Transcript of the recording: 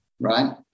Right